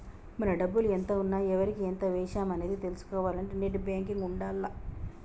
మన డబ్బులు ఎంత ఉన్నాయి ఎవరికి ఎంత వేశాము అనేది తెలుసుకోవాలంటే నెట్ బ్యేంకింగ్ ఉండాల్ల